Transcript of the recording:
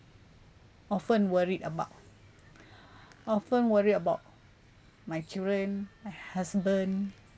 often worried about often worry about my children a husband